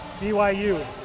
BYU